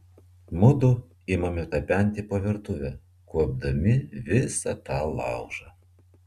mudu imame tapenti po virtuvę kuopdami visą tą laužą